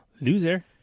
Loser